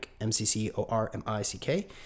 M-C-C-O-R-M-I-C-K